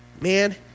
man